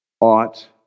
ought